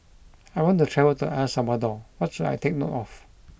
I want to travel to El Salvador what should I take note of